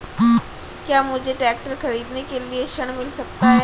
क्या मुझे ट्रैक्टर खरीदने के लिए ऋण मिल सकता है?